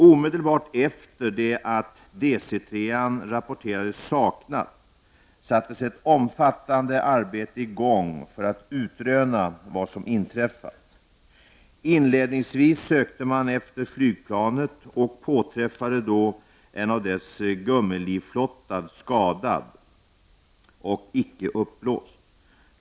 Omedelbart efter det att DC 3-an rapporterats saknad sattes ett omfattande arbete i gång för att utröna vad som inträffat. Inledningsvis sökte man efter flygplanet och påträffade då en av dess gummilivflottar skadad och icke uppblåst.